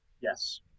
Yes